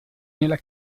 nella